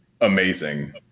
amazing